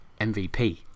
MVP